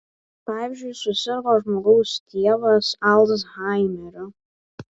pavyzdžiui susirgo žmogaus tėvas alzhaimeriu